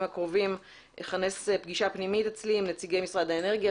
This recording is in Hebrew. הקרובים אכנס פגישה פנימית אצלי עם נציגי משרד האנרגיה,